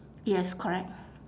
yes correct